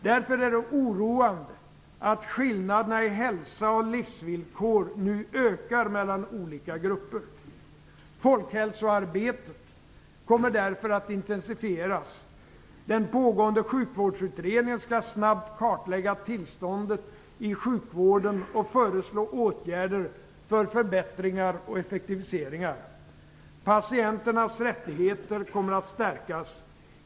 Därför är det oroande att skillnaderna i hälsa och livsvillkor nu ökar mellan olika grupper. Folkhälsoarbetet kommer därför att intensifieras. Den pågående sjukvårdsutredningen skall snabbt kartlägga tillståndet i sjukvården och föreslå åtgärder för förbättringar och effektiviseringar. Patienternas rättigheter kommer att stärkas.